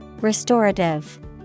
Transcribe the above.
Restorative